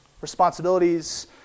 Responsibilities